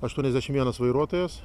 aštuoniasdešimt vienas vairuotojas